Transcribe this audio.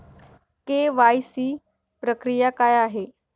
KYC प्रक्रिया काय आहे?